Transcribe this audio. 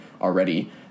already